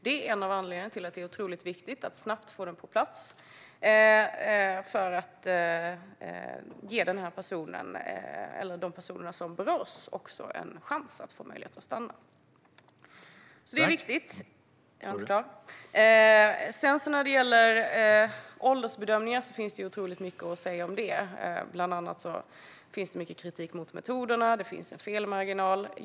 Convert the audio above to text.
Det är en av anledningarna till att det är viktigt att få den på plats snabbt, för att ge dem som berörs en chans att få möjlighet att stanna. Det är viktigt. I fråga om åldersbedömningar finns det otroligt mycket att säga. Bland annat finns det mycket kritik mot metoderna. Det finns felmarginaler.